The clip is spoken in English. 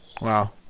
Wow